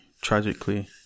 tragically